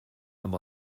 amb